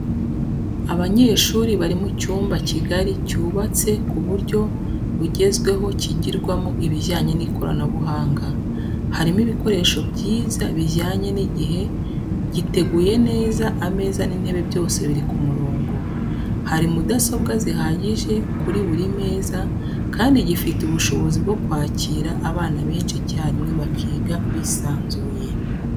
Abanyeshuri bari mu cyumba kigari cyubatse ku buryo bugezweho kigirwamo ibijyanye n'ikoranabuhanga, harimo ibikoresho byiza bijyanye n'igihe, giteguye neza, ameza n'intebe byose biri ku murongo, hari mudasobwa zihagije kuri buri meza kandi gifite ubushobozi bwo kwakira abana benshi icyarimwe bakiga bisanzuye.